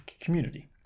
community